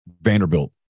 Vanderbilt